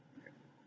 okay